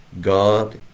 God